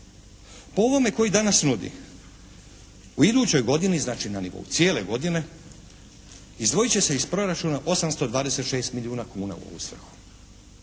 Po ovome koji danas nudi u idućoj godini znači na nivou cijele godine izdvojit će se iz proračuna 826 milijuna kuna u ovu svrhu.